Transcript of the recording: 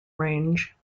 range